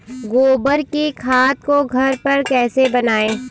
गोबर की खाद को घर पर कैसे बनाएँ?